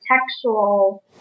textual